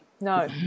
no